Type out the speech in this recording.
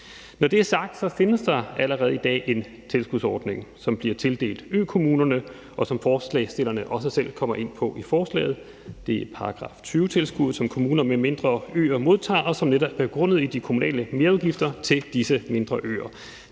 Når det er sagt, findes der allerede i dag en tilskudsordning, som bliver tildelt økommunerne, og som forslagsstillerne også selv kommer ind på i forslaget, nemlig § 20-tilskuddet, som kommuner med mindre øer modtager, og som netop er begrundet i de kommunale merudgifter til disse mindre øer.